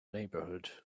neighborhood